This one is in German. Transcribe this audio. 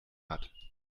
hat